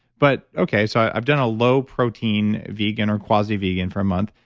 but, okay, so i've done a low protein vegan or quasi-vegan for a month.